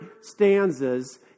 stanzas